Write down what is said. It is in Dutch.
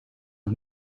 nog